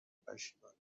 پشیمانی